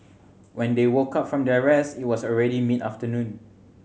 when they woke up from their rest it was already mid afternoon